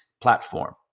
platform